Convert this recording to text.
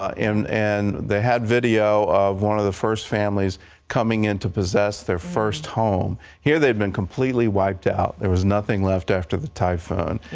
ah and they had video of one of the first families coming in to possess their first home. here they had been completely wiped out. there was nothing left after the typhoons.